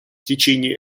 течение